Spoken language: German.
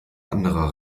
anderer